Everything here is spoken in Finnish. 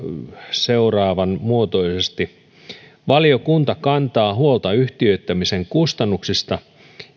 seuraavanmuotoisesti valiokunta kantaa huolta yhtiöittämisen kustannuksista